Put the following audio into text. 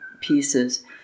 pieces